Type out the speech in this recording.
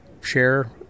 share